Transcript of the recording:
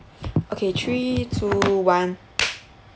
okay three two one